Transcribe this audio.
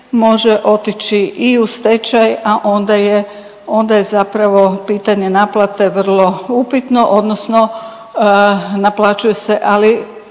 može otići i u stečaj, a onda je, onda je zapravo pitanje naplate vrlo upitno odnosno naplaćuje se ali